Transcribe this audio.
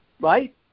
right